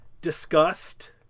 disgust